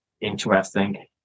interesting